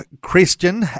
Christian